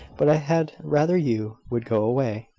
but i had rather you would go away,